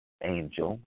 angel